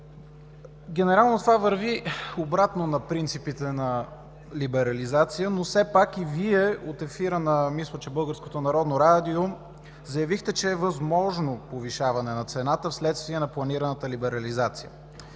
Генерално с това върви обратно на принципите на либерализация, но все пак Вие от ефира, мисля, че на Българското национално радио, заявихте, че е възможно повишаване на цената вследствие на планираната либерализация.